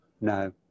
No